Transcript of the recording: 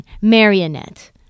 Marionette